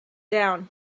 down